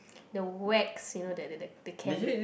the wax you know that the the can